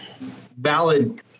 valid